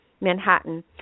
Manhattan